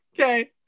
Okay